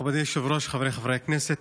מכובדי היושב-ראש, חבריי חברי הכנסת,